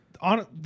on